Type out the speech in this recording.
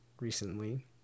recently